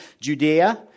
Judea